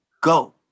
go